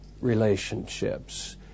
relationships